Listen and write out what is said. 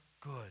good